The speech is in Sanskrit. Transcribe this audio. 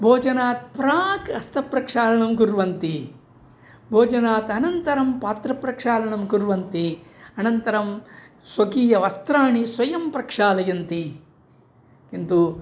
भोजनात् प्राक् हस्तप्रक्षालनं कुर्वन्ति भोजनात् अनन्तरं पात्रप्रक्षालनं कुर्वन्ति अनन्तरं स्वकीयवस्त्राणि स्वयं प्रक्षालयन्ति किन्तु